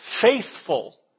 Faithful